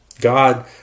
God